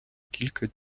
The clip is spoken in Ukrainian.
кілька